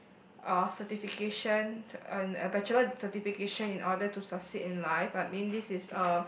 or certification a a bachelor certification in order to sustain in life but may this a